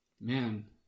man